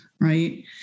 Right